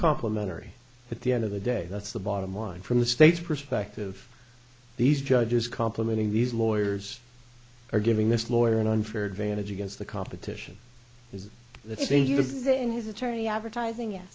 complimentary at the end of the day that's the bottom line from the state's perspective these judges complimenting these lawyers are giving this lawyer an unfair advantage against the competition is that strange using his attorney advertising ye